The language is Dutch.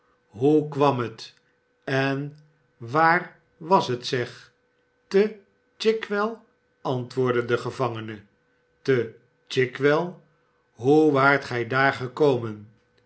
hoe kwam het en waar was het zeg te chigwell antwoordde de gevangene te chigwell hoe waart gij daar gekomen